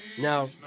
Now